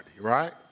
right